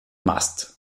mast